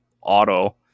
auto